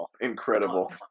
Incredible